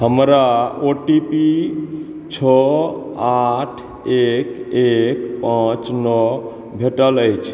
हमरा ओटीपी छओ आठ एक एक पाँच नओ भेटल अछि